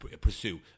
pursue